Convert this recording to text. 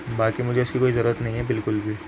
باقی مجھے اس کی کوئی ضرورت نہیں ہے بالکل بھی